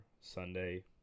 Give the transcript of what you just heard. Sunday